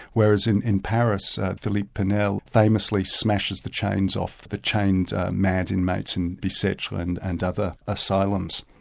whereas in in paris phillipe penel famously smashes the chains off, the chained mad inmates in bicetre and and other asylums.